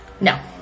No